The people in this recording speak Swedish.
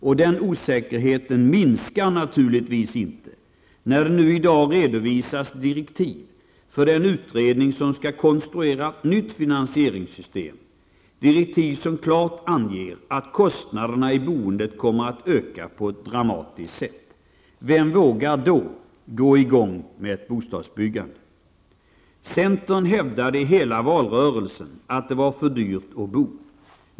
Och den osäkerheten minskar naturligtvis inte när det nu i dag redovisas direktiv för den utredning som skall konstruera ett nytt finansieringssystem, direktiv som klart anger att kostnaderna i boendet kommer att öka på ett dramatiskt sätt. Vem vågar då gå i gång med ett bostadsbyggande? Centern hävdade i hela valrörelsen att det var för dyrt att bo.